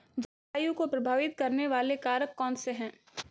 जलवायु को प्रभावित करने वाले कारक कौनसे हैं?